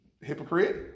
hypocrite